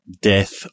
death